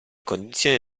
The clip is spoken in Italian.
condizione